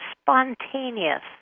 spontaneous